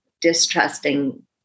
distrusting